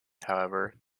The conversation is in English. however